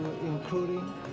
including